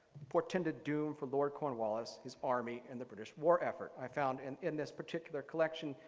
portended doom for lord cornwallis, his army, and the british war effort. i found and in this particular collection,